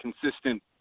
consistent